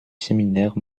séminaire